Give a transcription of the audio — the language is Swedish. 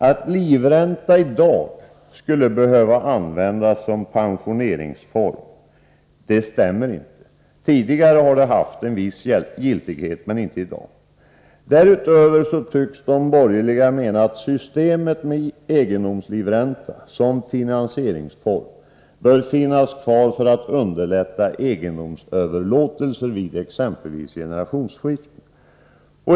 Att livränta i dag skulle behöva användas som pensionsform stämmer inte. Tidigare har den haft viss giltighet, men inte i dag. Därutöver tycks de borgerliga mena att systemet med egendomslivränta som finansieringsform bör finnas kvar för att underlätta egendomsöverlåtelser vid t.ex. generationsskiften.